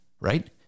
right